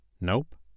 nope